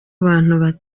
abantu